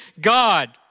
God